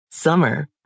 Summer